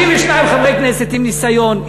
52 חברי כנסת עם ניסיון.